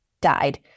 died